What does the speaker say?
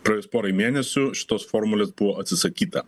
praėjus porai mėnesių šitos formulės buvo atsisakyta